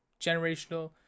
generational